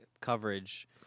coverage